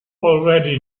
already